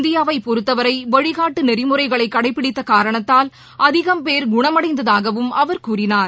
இந்தியாவை பொறுத்தவரை வழிகாட்டு நெறிமுறைகளை கடைப்பிடித்த காரணத்தால் அதிகம் பேர் குண்மடைந்ததாகவும் அவர் கூறினார்